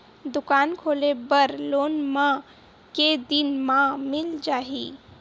दुकान खोले बर लोन मा के दिन मा मिल जाही?